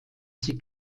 sie